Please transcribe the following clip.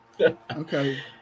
Okay